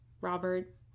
Robert